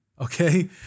Okay